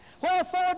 Wherefore